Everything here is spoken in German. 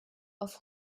auf